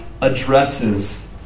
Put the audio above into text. addresses